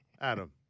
Adam